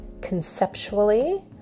conceptually